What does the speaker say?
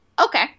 okay